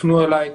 שיפנו אליי,